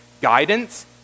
guidance